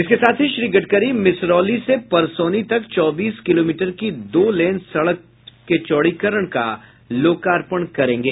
इसके साथ ही श्री गडकरी मिसरौली से परसौनी तक चौबीस किलोमीटर की दो लेन सड़क चौड़ीकरण का लोकार्पण करेंगे